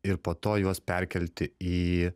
ir po to juos perkelti į